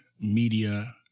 media